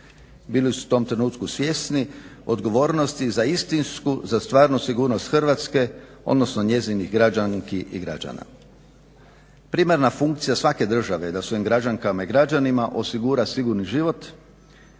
Bili su u tom trenutku svjesni odgovornosti za istinsku, za stvarnu sigurnost Hrvatske, odnosno njezinih građanki i građana. Primarna funkcija svake države da svojim građankama i građanima osigura sigurni život